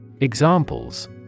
Examples